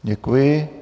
Děkuji.